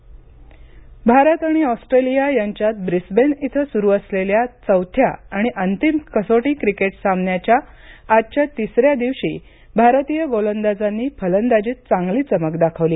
cricket Bharat आणि Australia यांच्यात Brisbane इथं सुरु असलेल्या चौथ्या आणि अंतिम कसोटी क्रिकेट सामन्याच्या आजच्या तिस या दिवशी भारतीय गोलंदाजांनी फलंदाजीत चांगली चमक दाखवली